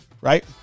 right